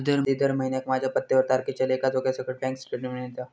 आधी दर महिन्याक माझ्या पत्त्यावर तारखेच्या लेखा जोख्यासकट बॅन्क स्टेटमेंट येता